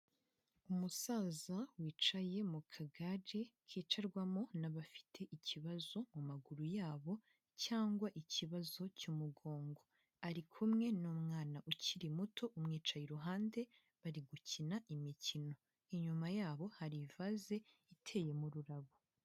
Umusaza wicaye mu kagare kicarwamo n'abafite ikibazo mu maguru yabo cyangwa ikibazo cy'umugongo. Ari kumwe n'ummwa ukiri muto umwicaye iruhande bari gukina imikino. Inyuma yabo hari ivaze iteyemo ururabo.